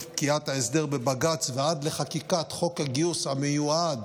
פקיעת ההסדר בבג"ץ ועד לחקיקת חוק הגיוס המיועד